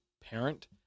parent